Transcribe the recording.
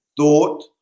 thought